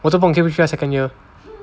我都不懂可不可以去 second year